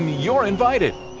you're invited.